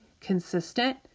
consistent